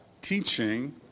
teaching